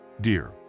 Dear